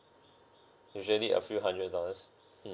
usually a few hundred dollars mm